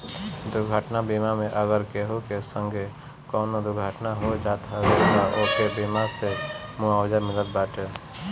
दुर्घटना बीमा मे अगर केहू के संगे कवनो दुर्घटना हो जात हवे तअ ओके बीमा से मुआवजा मिलत बाटे